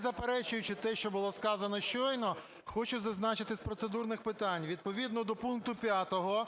заперечуючи те, що було сказано щойно, хочу зазначити з процедурних питань. Відповідно до пункту 5